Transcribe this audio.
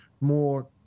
more